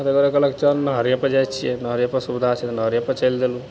कतेक गोरे कहलक चल नहरेपर जाइ छिए नहरेपर सुविधा छै तऽ नहरेपर चलि देलहुँ